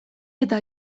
eta